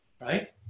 right